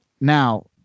Now